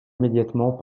immédiatement